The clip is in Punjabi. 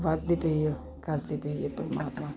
ਵੱਧਦੀ ਪਈ ਹੈ ਕਰਦੀ ਪਈ ਹੈ ਪਰਮਾਤਮਾ